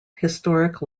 historic